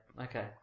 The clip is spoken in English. Okay